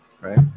right